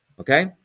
okay